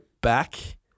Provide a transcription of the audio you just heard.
back